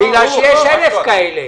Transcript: -- בגלל שיש אלף כאלה.